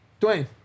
Dwayne